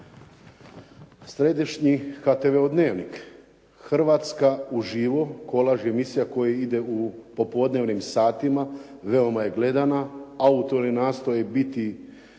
Središnji HTV-ov "Dnevnik", "Hrvatska uživo" kolaž emisija koji ide u popodnevnim satima, veoma je gledana, autori nastoje biti